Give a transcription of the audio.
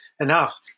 enough